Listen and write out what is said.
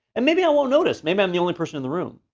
and maybe i won't notice, maybe i'm the only person in the room,